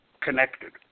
connected